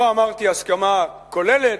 לא אמרתי הסכמה כוללת,